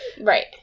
right